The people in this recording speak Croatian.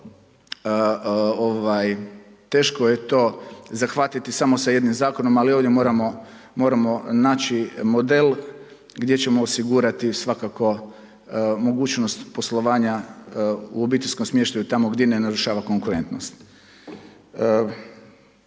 Teško je to zahvatiti samo sa jednim zakonom. Ali ovdje moramo naći model gdje ćemo osigurati svakako mogućnost poslovanja u obiteljskom smještaju tamo gdje ne narušava konkurentnost.